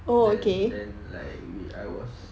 and then like we I was